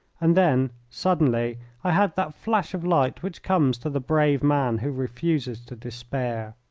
and then suddenly i had that flash of light which comes to the brave man who refuses to despair.